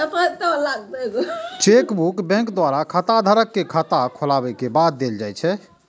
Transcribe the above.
chequebook bank द्वारा खाताधारक कें खाता खोलाबै के बाद देल जाइ छै